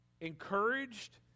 Encouraged